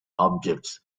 objects